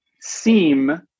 seem